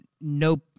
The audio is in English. nope